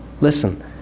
Listen